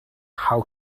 how